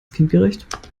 kindgerecht